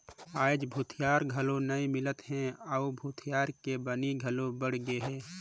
आयज भूथिहार घलो नइ मिलत हे अउ भूथिहार के बनी घलो बड़ गेहे